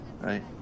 right